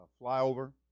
flyover